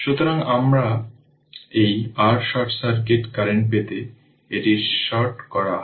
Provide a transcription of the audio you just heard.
সুতরাং আমরা এখন এই R শর্ট সার্কিট কারেন্ট পেতে এটি শর্ট করা হয়